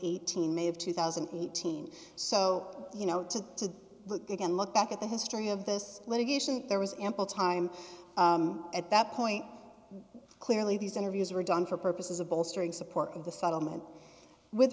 eighteen may of two thousand and eighteen so you know to to again look back at the history of this litigation there was ample time at that point but clearly these interviews were done for purposes of bolstering support of the settlement with